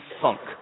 funk